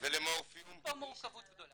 אין פה מורכבות גדולה